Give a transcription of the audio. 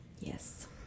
Yes